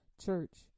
church